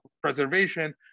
preservation